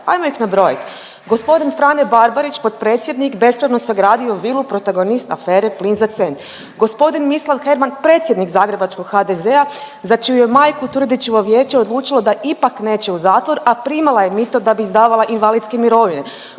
ajmo ih nabrojat. Gospodin Frane Barbarić potpredsjednik, bespravno sagradio vilu, protagonist afere „plin za cent“. Gospodin Mislav Herman, predsjednik zagrebačkog HDZ-a, za čiju je majku Turudićevo vijeće odlučilo da ipak neće u zatvor, a primala je mito da bi izdavala invalidske mirovine.